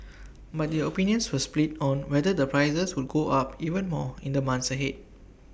but their opinions were split on whether the prices would go up even more in the months ahead